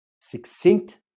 succinct